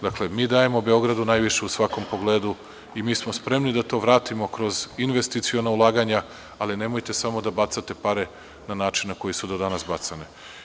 Dakle, mi dajemo Beogradu najviše u svakom pogledu i mi smo spremni da to vratimo kroz investiciona ulaganja, ali nemojte samo da bacate pare na način na koji su do danas bacane.